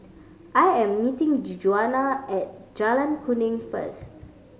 I am meeting Djuana at Jalan Kuning first